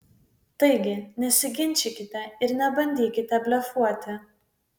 taigi nesiginčykite ir nebandykite blefuoti